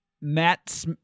Matt